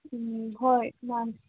ꯎꯝ ꯍꯣꯏ ꯃꯥꯅꯤ